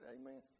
Amen